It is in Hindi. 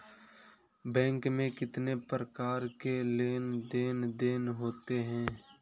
बैंक में कितनी प्रकार के लेन देन देन होते हैं?